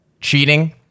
cheating